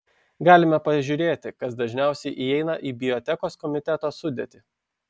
galime pažiūrėti kas dažniausiai įeina į bioetikos komiteto sudėtį